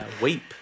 Weep